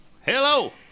hello